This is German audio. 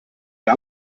wir